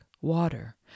water